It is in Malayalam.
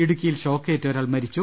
ഇടുക്കിയിൽ ഷോക്കേറ്റ് ഒരാൾ മരിച്ചു